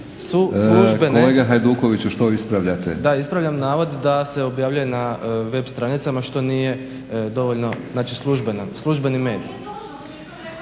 **Hajduković, Domagoj (SDP)** Da ispravljam navod da se objavljuje na web stranicama što nije dovoljno službeno,